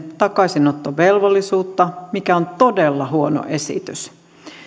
takaisinottovelvollisuutta mikä on todella huono esitys